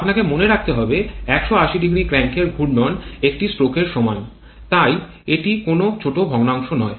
আপনাকে মনে রাখতে হবে ১৮০0 ক্র্যাঙ্কের ঘূর্ণন একটি স্ট্রোকের সমান তাই এটি কোনও ছোট ভগ্নাংশ নয়